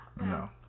No